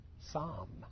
psalm